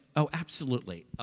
oh, absolutely.